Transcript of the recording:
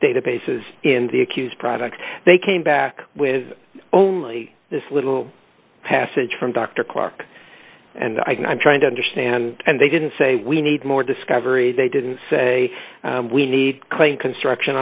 databases in the accused product they came back with only this little passage from dr clark and i'm trying to understand and they didn't say we need more discovery they didn't say we need claim construction